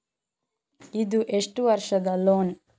ಇದು ಎಷ್ಟು ವರ್ಷದ ಲೋನ್?